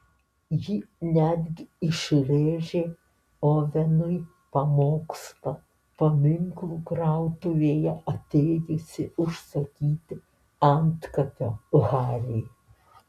ji netgi išrėžė ovenui pamokslą paminklų krautuvėje atėjusi užsakyti antkapio hariui